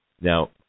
Now